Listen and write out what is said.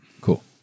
Cool